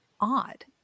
odd